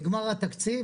נגמר התקציב.